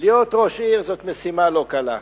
אתה יודע שלהיות ראש עיר זו משימה לא קלה.